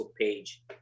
page